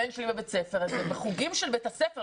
בבית הספר של הבן שלי מתחלקים בימי שישי לחוגים בבית הספר,